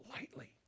lightly